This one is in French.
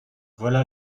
voilà